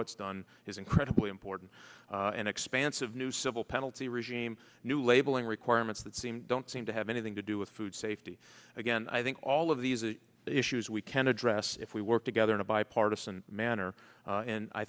it's done is incredibly important and expansive new civil penalty regime new labeling requirements that seem don't seem to have anything to do with food safety again i think all of these issues we can address if we work together in a bipartisan manner and i